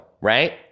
right